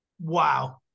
Wow